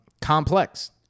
complex